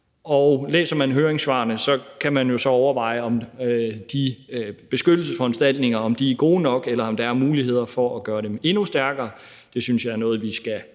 Og læser man høringssvarene, kan man jo så overveje, om de beskyttelsesforanstaltninger er gode nok, eller om der er muligheder for at gøre dem endnu stærkere. Det synes jeg er noget, vi skal